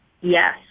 Yes